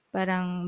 Parang